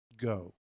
Go